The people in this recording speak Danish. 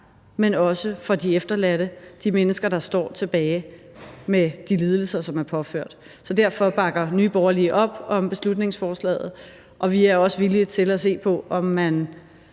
men også for de efterladte, de mennesker, der står tilbage med de lidelser, som er påført. Så derfor bakker Nye Borgerlige op om beslutningsforslaget, og vi er også villige til at se på, om man,